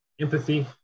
empathy